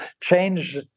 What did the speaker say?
change